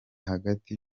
hagati